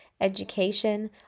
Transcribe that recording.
education